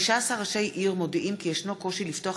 15 ראשי עיר מודיעים כי ישנו קושי לפתוח